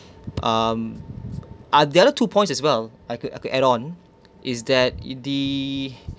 um ah the other two points as well I could I could add on is that the